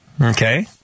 Okay